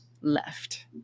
left